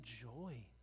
joy